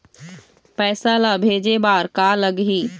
पैसा ला भेजे बार का का लगही?